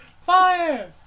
fire